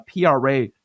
PRA